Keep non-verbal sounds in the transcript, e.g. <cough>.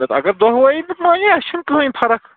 اَگر دۄہ <unintelligible> مانہِ اَسہِ چھِنہٕ کٕہۭنۍ فرق